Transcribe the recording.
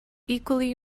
equally